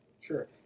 Sure